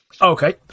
Okay